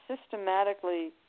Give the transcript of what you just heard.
systematically